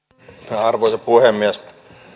arvoisa puhemies